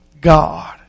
God